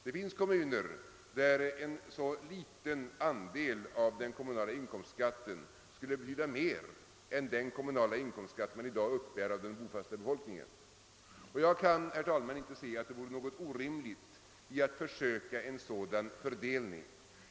Det finns kommuner där en så liten andel av den kommunala inkomstskatten skulle betyda mer än den kommunala inkomstskatt man i dag uppbär av den bofasta befolkningen. Jag kan, herr talman, inte förstå att det vore orimligt att försöka åstadkomma en sådan fördelning.